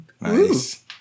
Nice